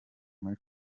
muri